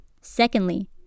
Secondly